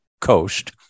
coast